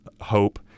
hope